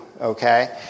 okay